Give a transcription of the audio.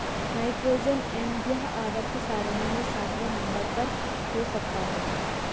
nitrogen N यह आवर्त सारणी में सातवें नंबर पर हो सकता है